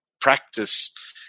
practice